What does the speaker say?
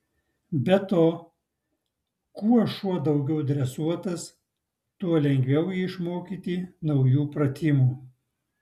be to kuo šuo daugiau dresuotas tuo lengviau jį išmokyti naujų pratimų